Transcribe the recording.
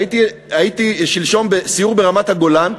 הייתי שלשום בסיור ברמת-הגולן,